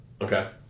Okay